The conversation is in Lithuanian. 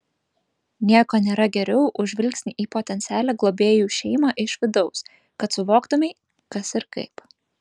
nieko nėra geriau už žvilgsnį į potencialią globėjų šeimą iš vidaus kad suvoktumei kas ir kaip